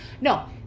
No